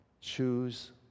Choose